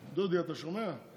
דודי, אתה שומע?